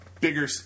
Bigger